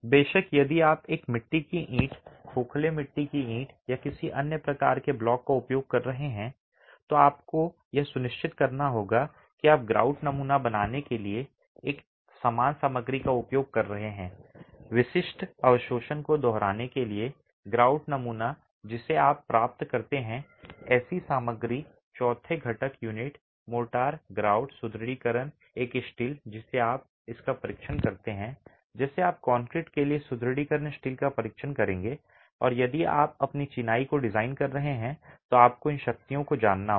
बेशक यदि आप एक मिट्टी की ईंट खोखले मिट्टी की ईंट या किसी अन्य प्रकार के ब्लॉक का उपयोग कर रहे हैं तो आपको यह सुनिश्चित करना होगा कि आप ग्राउट नमूना बनाने के लिए एक समान सामग्री का उपयोग कर रहे हैं विशिष्ट अवशोषण को दोहराने के लिए grout नमूना जिसे आप प्राप्त करते हैं ऐसी सामग्री चौथे घटक यूनिट मोर्टार ग्राउट सुदृढीकरण एक स्टील जिसे आप इसका परीक्षण कर सकते हैं जैसे आप कंक्रीट के लिए सुदृढीकरण स्टील का परीक्षण करेंगे और यदि आप अपनी चिनाई को डिजाइन कर रहे हैं तो आपको इन शक्तियों को जानना होगा